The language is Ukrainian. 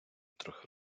трохи